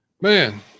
man